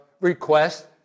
request